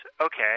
okay